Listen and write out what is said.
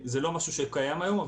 זה לא משהו שקיים היום,